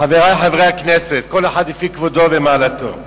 חברי חברי הכנסת, כל אחד לפי כבודו ומעלתו,